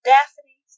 Daphne